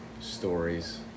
stories